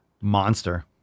monster